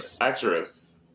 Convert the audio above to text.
Actress